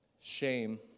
Shame